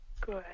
Good